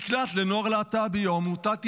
מקלט לנוער להט"בי או עמותת הלל,